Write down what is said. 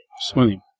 swimming